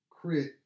Crit